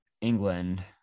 england